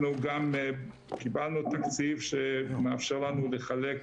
אנחנו גם קיבלנו תקציב שמאפשר לנו לחלק